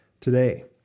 today